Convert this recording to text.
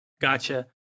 Gotcha